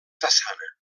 façana